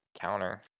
counter